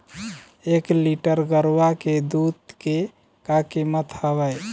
एक लीटर गरवा के दूध के का कीमत हवए?